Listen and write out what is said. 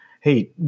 Hey